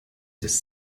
des